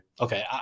Okay